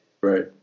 Right